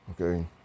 Okay